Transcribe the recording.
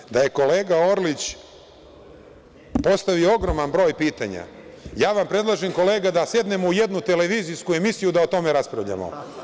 S obzirom da je kolega Orlić postavio ogroman broj pitanja, ja vam predlažem, kolega, da sednemo u jednu televizijsku emisiju da o tome raspravljamo.